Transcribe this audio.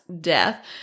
death